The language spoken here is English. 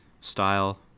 style